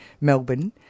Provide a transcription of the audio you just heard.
melbourne